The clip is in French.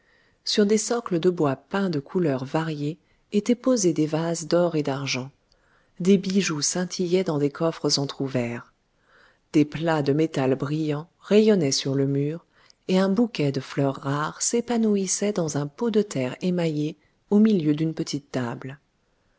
sur des socles de bois peints de couleurs variées étaient posés des vases d'or et d'argent des bijoux scintillaient dans des coffres entrouverts des plats de métal brillant rayonnaient sur le mur et un bouquet de fleurs rares s'épanouissait dans un pot de terre émaillée au milieu d'une petite table